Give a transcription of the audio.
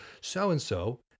so-and-so